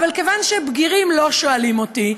אבל שכיוון שבגירים לא שואלים אותי,